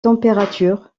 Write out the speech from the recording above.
températures